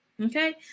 Okay